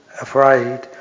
afraid